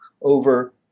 over